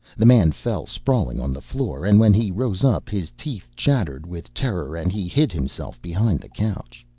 the man fell sprawling on the floor, and when he rose up his teeth chattered with terror and he hid himself behind the couch.